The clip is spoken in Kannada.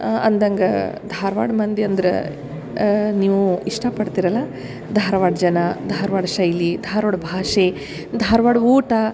ಅಂದಂಗ ಧಾರವಾಡ ಮಂದಿ ಅಂದ್ರ ನೀವು ಇಷ್ಟಪಡ್ತಿರಲ್ಲಾ ಧಾರವಾಡ ಜನ ಧಾರವಾಡ ಶೈಲಿ ಧಾರವಾಡ ಭಾಷೆ ಧಾರವಾಡ ಊಟ